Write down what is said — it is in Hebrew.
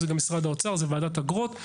זה גם משרד האוצר, זה ועדת אגרות.